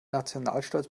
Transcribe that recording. nationalstolz